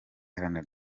iharanira